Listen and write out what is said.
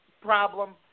problem